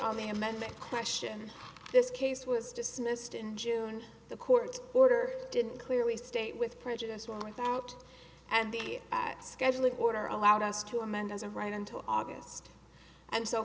on the amendment question this case was dismissed in june the court order didn't clearly state with prejudice one without and the act scheduling order allowed us to amend as a right until august and so